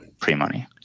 pre-money